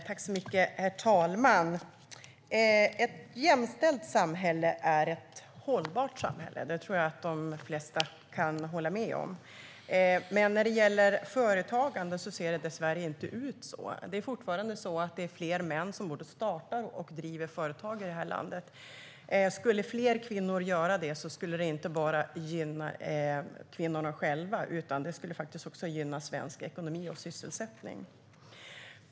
Herr talman! Ett jämställt samhälle är ett hållbart samhälle. Det tror jag att de flesta kan hålla med om. När det gäller företagande ser det dessvärre inte ut så. Det är fortfarande fler män än kvinnor som både startar och driver företag i det här landet. Skulle fler kvinnor göra det skulle det gynna inte bara kvinnorna själva utan också svensk ekonomi och sysselsättning.